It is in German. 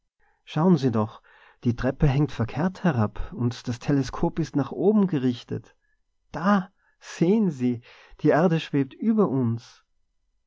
schauen sie doch die treppe hängt verkehrt herab und das teleskop ist nach oben gerichtet da sehen sie die erde schwebt über uns